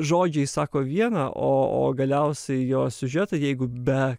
žodžiai sako viena o o galiausiai jo siužetai jeigu be